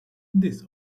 this